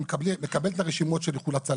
אני מקבל את הרשימות של איחוד הצלה,